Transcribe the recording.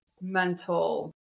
mental